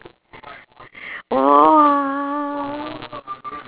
!wah!